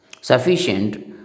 sufficient